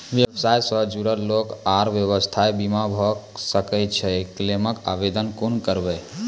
व्यवसाय सॅ जुड़ल लोक आर व्यवसायक बीमा भऽ सकैत छै? क्लेमक आवेदन कुना करवै?